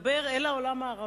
לדבר אל העולם הערבי,